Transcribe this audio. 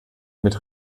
mit